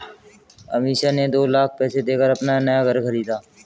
अमीषा ने दो लाख पैसे देकर अपना नया घर खरीदा